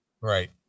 Right